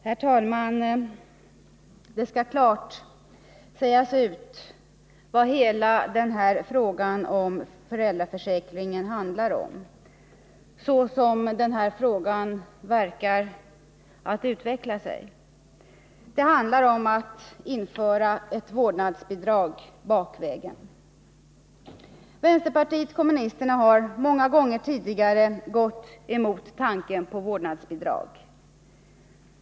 Herr talman! Det skall klart sägas ut att vad hela frågan om föräldraförsäkringen handlar om är att införa ett vårdnadsbidrag bakvägen. Vänsterpartiet kommunisterna har många gånger tidigare gått emot tanken på vårdnadsbidrag.